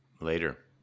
later